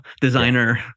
designer